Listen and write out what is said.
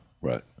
Right